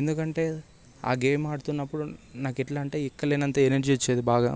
ఎందుకంటే ఆ గేమ్ ఆడుతున్నప్పుడు నాకు ఎట్లా అంటే ఎక్కడ లేనంత ఎనర్జీ వచ్చేది బాగా